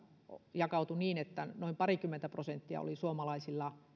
jakautui niin että noin parikymmentä prosenttia oli suomalaisilla